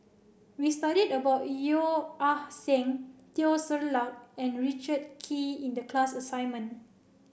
we studied about Yeo Ah Seng Teo Ser Luck and Richard Kee in the class assignment